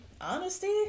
Honesty